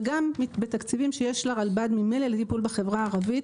וגם בתקציבים שיש לרלב"ד ממילא לטיפול בחברה הערבית